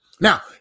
now